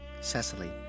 cecily